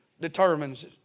determines